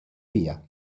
via